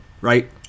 right